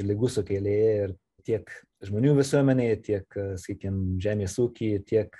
ligų sukėlėjai ir tiek žmonių visuomenėje tiek sakykim žemės ūky tiek